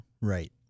Right